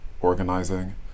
organizing